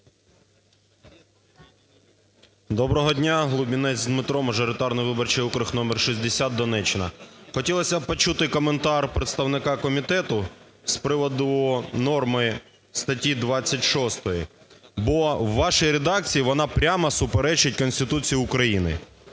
Доброго дня! Лубінець Дмитро, мажоритарний виборчий округ № 60, Донеччина. Хотілося б почути коментар представника комітету з приводу норми статті 26, бо в вашій редакції вона прямо суперечить Конституції України.